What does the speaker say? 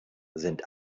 sind